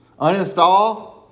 uninstall